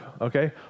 okay